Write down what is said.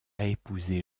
épousé